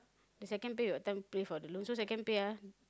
the second pay that time pay for the loan so second pay ah